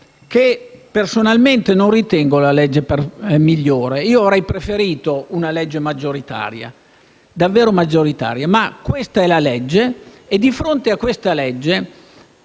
che, personalmente, non ritengo la legge migliore. Io avrei preferito una legge maggioritaria, davvero maggioritaria. Questa, però, è la legge e, di fronte a questa legge,